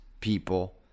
people